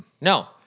No